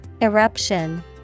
Eruption